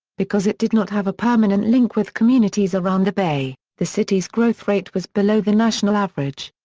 because it did not have a permanent link with communities around the bay, the city's growth rate was below the national average.